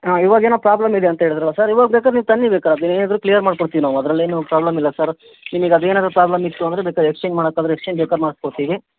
ಹಾಂ ಇವಾಗ ಏನೋ ಪ್ರಾಬ್ಲಮ್ ಇದೆ ಅಂತ ಹೇಳದ್ರಲ್ಲ ಸರ್ ಇವಾಗ ಬೇಕಾದ್ರೆ ನೀವು ತನ್ನಿ ಬೇಕಾರೆ ಅದು ಏನಿದ್ದರೂ ಕ್ಲಿಯರ್ ಮಾಡ್ಕೊಡ್ತೀವಿ ನಾವು ಅದರಲ್ಲೇನು ಪ್ರಾಬ್ಲಮ್ ಇಲ್ಲ ಸರ್ ನಿಮಿಗೆ ಅದೇನಾದರೂ ಪ್ರಾಬ್ಲಮ್ ಇತ್ತು ಅಂದರೆ ಬೇಕಾರೆ ಎಕ್ಸ್ಚೇಂಜ್ ಮಾಡಕ್ಕಾದ್ರೆ ಎಕ್ಸ್ಚೇಂಜ್ ಬೇಬೇಕಾರೆ ಮಾಡ್ಸಿ ಕೊಡ್ತೀವಿ